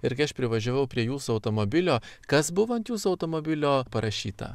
ir kai aš privažiavau prie jūsų automobilio kas buvo ant jūsų automobilio parašyta